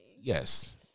Yes